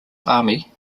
army